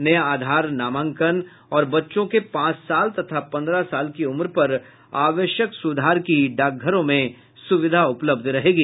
नया आधार नामांकन और बच्चों के पांच साल तथा पन्द्रह साल की उम्र पर आवश्यक सुधार की सुविधा उपलब्ध रहेगी